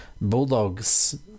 Bulldogs